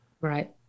right